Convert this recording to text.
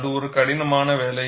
அது ஒரு கடினமான வேலை